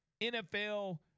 NFL